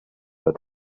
had